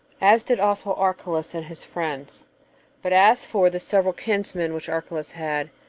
as did also archelaus and his friends but as for the several kinsmen which archelaus had,